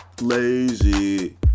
Lazy